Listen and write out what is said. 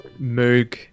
Moog